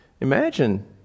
imagine